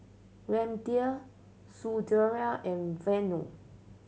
Ramdev Sunderlal and Vanu